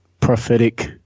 prophetic